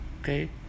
Okay